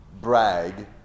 brag